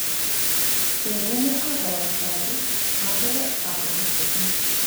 prie rūmų ąžuolas stovi ąžuole sakalas tupi